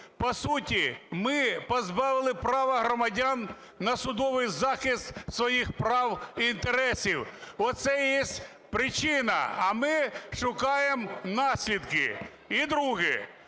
По суті, ми позбавили права громадян на судовий захисти своїх прав і інтересів – оце єсть причина. А ми шукаємо наслідки. І друге.